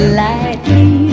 lightly